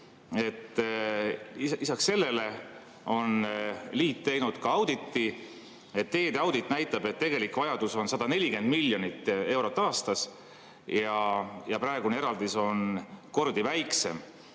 Lisaks sellele on liit teinud auditi. Teedeaudit näitab, et tegelik vajadus on 140 miljonit eurot aastas, aga praegune eraldis on kordi väiksem.